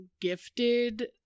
gifted